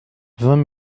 vingt